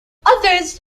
others